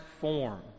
form